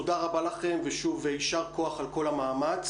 תודה רבה לכם ושוב יישר כוח על כל המאמץ.